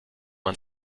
man